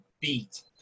beat